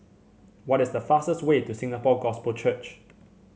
what is the fastest way to Singapore Gospel Church